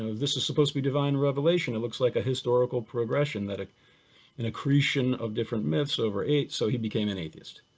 ah this is supposed to be divine revelation, it looks like a historical progression that ah an accretion of different myths over so he became an atheist.